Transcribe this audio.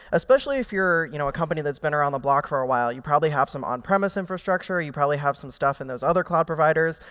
especially if you're you know a company that's been around the block for a while. you probably have some on-premise infrastructure. you probably have some stuff in those other cloud providers.